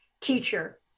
teacher